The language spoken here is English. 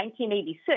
1986